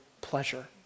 pleasure